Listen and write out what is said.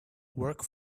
work